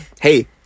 Hey